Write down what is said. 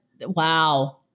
Wow